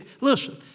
listen